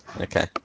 okay